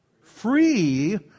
Free